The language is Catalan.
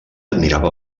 admirava